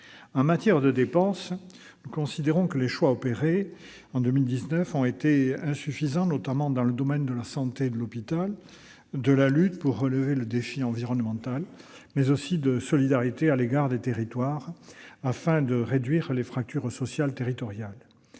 En matière de dépenses, nous considérons que les choix opérés en 2019 ont été insuffisants, notamment dans les domaines de la santé et de l'hôpital et de la lutte pour relever le défi environnemental, mais aussi de la solidarité à l'égard des territoires pour réduire les fractures sociales territoriales.